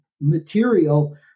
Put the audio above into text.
material